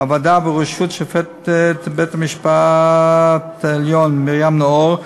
הוועדה, בראשות שופטת בית-המשפט העליון מרים נאור,